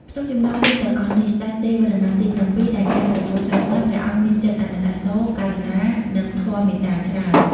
ក្នុងចំណោមរូបទាំងអស់នេះ ស្តេចជ័យវរ្ម័នទី៧ ដែលកាន់ព្រះពុទ្ធសាសនា ព្រះអង្គមានចិត្តអាណិតអាសូរ ករុណា និងធម៌មេត្តាច្រើន។